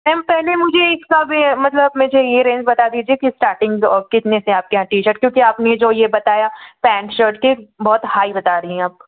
ma'am पेहले मुझे इसका वेयर मतलब मुझे ये रेंज बता दीजिए कि स्टार्टिंग ऑफ कितने से आप के यहाँ टी शर्ट क्योंकि आपने जो यह बताया पेंट शर्ट के बहुत हाई बता रही हैं आप